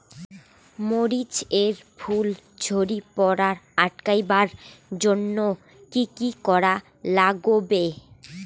মরিচ এর ফুল ঝড়ি পড়া আটকাবার জইন্যে কি কি করা লাগবে?